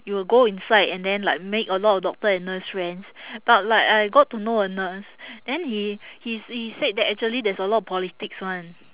you will go inside and then like make a lot doctor and nurse friends but like I got to know a nurse then he he s~ he said that actually there's a lot of politics [one]